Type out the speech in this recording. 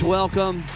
welcome